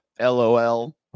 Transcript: LOL